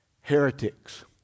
Heretics